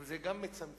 אבל זה גם חסכוני,